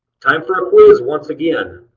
time for a quiz once again.